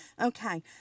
Okay